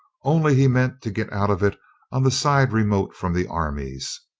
only he meant to get out of it on the side remote from the armies.